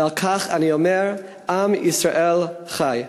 ועל כך אני אומר: עם ישראל חי.